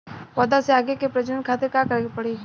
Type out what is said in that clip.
पौधा से आगे के प्रजनन खातिर का करे के पड़ी?